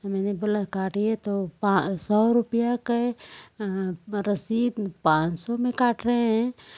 मैंने बोला काटिए तो सौ रुपया के रसीद पाँच सौ में में काट रहे हैं